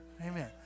Amen